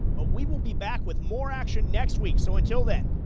but we will be back with more action next week. so until then,